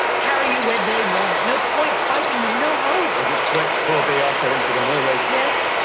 carry you where they want. no point fighting them. no hope. and it swept poor beata into the millrace? yes.